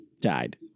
Died